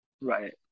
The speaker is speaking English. Right